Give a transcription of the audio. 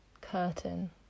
Curtain